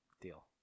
Deal